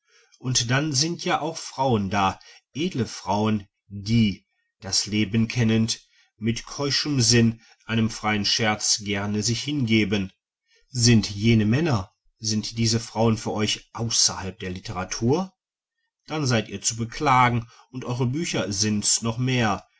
und dann sind ja auch frauen da edle frauen die das leben kennend mit keuschem sinn einem freien scherze gern sich hingeben sind jene männer sind diese frauen für euch außerhalb der literatur dann seid ihr zu beklagen und eure bücher sind's noch mehr